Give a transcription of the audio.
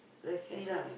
that's all